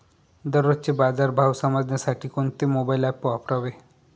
दररोजचे बाजार भाव समजण्यासाठी कोणते मोबाईल ॲप वापरावे?